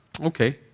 okay